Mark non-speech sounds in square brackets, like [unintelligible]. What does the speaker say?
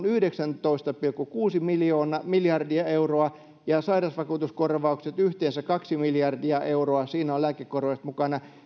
[unintelligible] yhdeksäntoista pilkku kuusi miljardia euroa ja sairausvakuutuskorvaukset yhteensä kaksi miljardia euroa siinä on lääkekorvaukset mukana